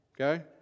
okay